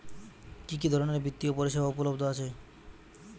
কি কি ধরনের বৃত্তিয় পরিসেবা উপলব্ধ আছে?